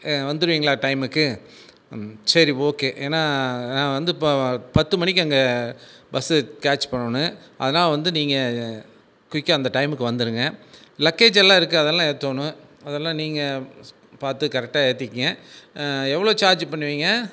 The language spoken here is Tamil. வந்துடுவிங்களா டைமுக்கு சரி ஓகே ஏன்னால் நான் வந்து இப்போது பத்து மணிக்கு அங்கே பஸ்ஸு கேட்ச் பண்ணணும் அதனால் வந்து நீங்கள் குயிக்காக அந்த டைமுக்கு வந்துடுங்க லக்கேஜு எல்லாம் இருக்குது அதலாம் ஏற்றணும் அதலாம் நீங்கள் பார்த்து கரெக்டாக ஏற்றிக்கிங்க எவ்வளோ சார்ஜ் பண்ணுவிங்க